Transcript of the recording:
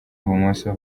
ibumoso